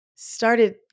started